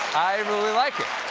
i really like it.